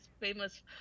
famous